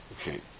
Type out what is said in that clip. Okay